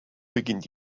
beginnt